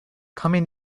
coming